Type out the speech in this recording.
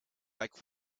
like